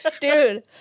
dude